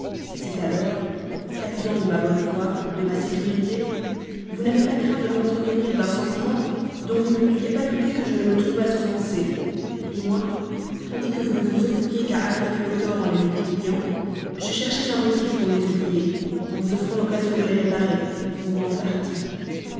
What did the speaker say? c'est alors qu'abusant de ma bonne foi de ma sécurité vous n'avez pas craint de m'entretenir d'un sentiment dont vous ne pouviez pas douter que je ne me trouvasse offensée moi tandis que vous ne vous occupiez qu'à aggraver vos torts en les multipliant je cherchais un motif pour les oublier en vous offrant l'occasion de les réparer au moins en partie